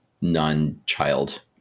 non-child